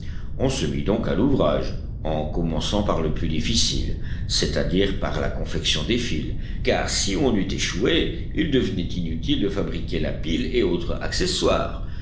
on se mit donc à l'ouvrage en commençant par le plus difficile c'est-à-dire par la confection des fils car si on eût échoué il devenait inutile de fabriquer la pile et autres accessoires